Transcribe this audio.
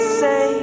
say